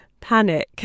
panic